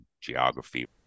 geography